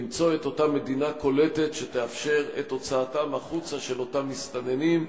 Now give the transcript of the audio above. למצוא את אותה מדינה קולטת שתאפשר את הוצאתם החוצה של אותם מסתננים.